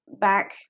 back